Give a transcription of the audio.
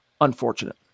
unfortunate